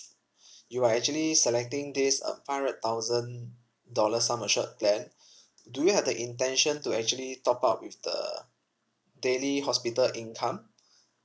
you're actually selecting this uh five hundred thousand dollars sum assured plan do you have the intention to actually top up with the daily hospital income